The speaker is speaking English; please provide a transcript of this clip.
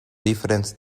difference